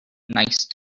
nice